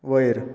वयर